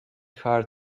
hard